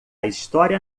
história